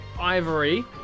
ivory